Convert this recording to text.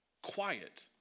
Quiet